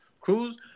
Cruz